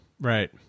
right